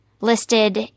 listed